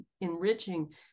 enriching